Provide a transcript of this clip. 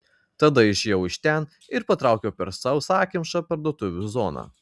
tada išėjau iš ten ir patraukiau per sausakimšą parduotuvių zoną